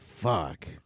fuck